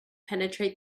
penetrate